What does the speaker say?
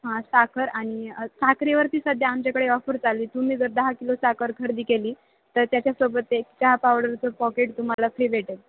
हां साखर आणि साखरेवरती सध्या आमच्याकडे ऑफर चालू आहे तुम्ही जर दहा किलो साखर खरेदी केली तर त्याच्यासोबत ते चहा पावडरचं पॉकेट तुम्हाला फ्री भेटेल